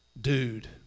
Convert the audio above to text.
dude